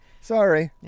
Sorry